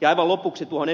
aivan lopuksi ed